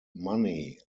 money